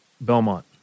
Belmont